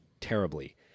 terribly